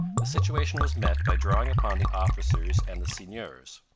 the situation was met by drawing upon the officers and the seigneurs.